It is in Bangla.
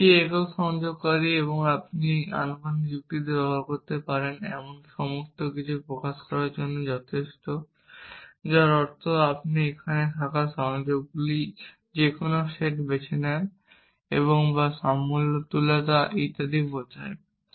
এই একটি একক সংযোগকারী যা আপনি আনুপাতিক যুক্তিতে প্রকাশ করতে পারেন এমন সমস্ত কিছু প্রকাশ করার জন্য যথেষ্ট যার অর্থ আপনি আমাদের এখানে থাকা সংযোগগুলির যে কোনও সেট বেছে নিন এবং বা সমতুলতা ইত্যাদি বোঝায়